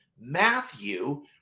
Matthew